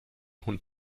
hund